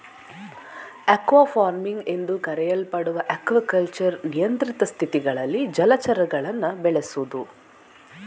aqua farming ಎಂದೂ ಕರೆಯಲ್ಪಡುವ aquaculture ನಿಯಂತ್ರಿತ ಸ್ಥಿತಿಗಳಲ್ಲಿ ಜಲಚರಗಳನ್ನು ಬೆಳೆಸುದು